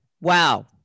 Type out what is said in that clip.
Wow